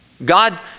God